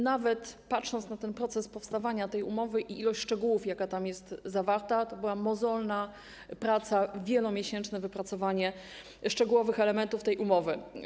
Nawet patrząc na proces powstawania tej umowy i ilość szczegółów, jakie tam są zawarte - to była mozolna praca, wielomiesięczne wypracowywanie szczegółowych elementów tej umowy.